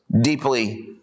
deeply